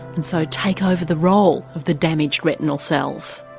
and so take over the role of the damaged retinal cells.